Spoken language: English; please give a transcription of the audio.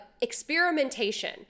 experimentation